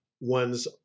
one's